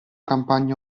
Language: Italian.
campagne